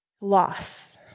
Loss